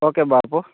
okay Bapu